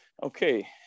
Okay